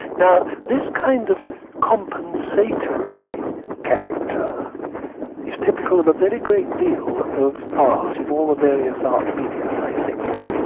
now this kind of compensatory character is typical of a very great deal of art in all the various art media, i think,